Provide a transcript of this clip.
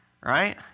right